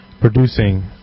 producing